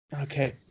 okay